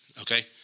okay